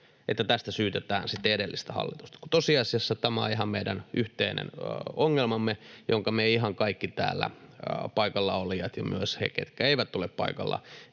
että tästä syytetään sitten edellistä hallitusta, kun tosiasiassa tämä on ihan meidän yhteinen ongelmamme, jossa me ihan kaikki täällä paikallaolijat — ja myös he, ketkä eivät ole paikalla